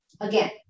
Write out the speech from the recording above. again